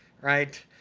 right